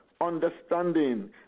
Understanding